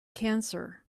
cancer